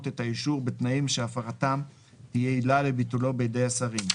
את האישור בתנאים שהפרתם תהיה עילה לביטולו בידי השרים.